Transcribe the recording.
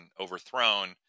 overthrown